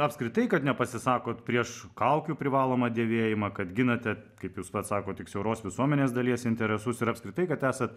apskritai kad nepasisakot prieš kaukių privalomą dėvėjimą kad ginate kaip jūs bet sako tik siauros visuomenės dalies interesus ir apskritai kad esat